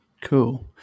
Cool